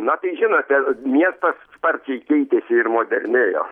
na tai žinote miestas sparčiai keitėsi ir modernėjo